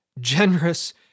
generous